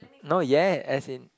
not yet as in